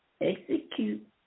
execute